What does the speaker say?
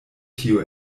tio